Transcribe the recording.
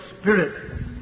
spirit